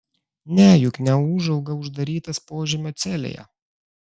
ne juk neūžauga uždarytas požemio celėje